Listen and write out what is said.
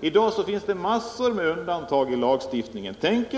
i dag mängder av undantag från gällande lagstiftning på området.